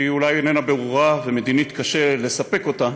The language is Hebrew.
והיא אולי איננה ברורה, ומדינית קשה לספק אותה: